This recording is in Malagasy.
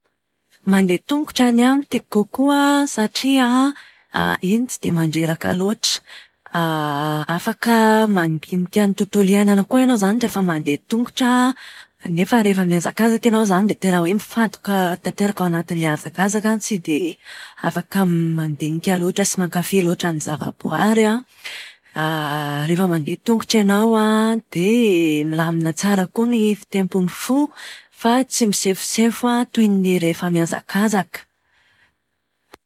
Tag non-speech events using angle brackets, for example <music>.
Mandeha tongotra ny ahy no tiako kokoa an, satria <hesitation> iny tsy dia mandreraka loatra. <hesitation> Afaka mandinika ny tontolo iainana koa ianao izany rehefa mandeha tongotra nefa rehefa mihazakazaka ianao izany dia tena hoe mifantoka tanteraka ao anatin'ilay hazakazaka, tsy dia afaka mandinika loatra sy mankafy loatra ny zava-boary an. Rehefa mandeha an-tongotra ianao an dia milamina tsara koa ny fitempon'ny fo fa tsy misefosefo toy ny rehefa mihazakazaka.